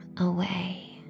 away